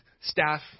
staff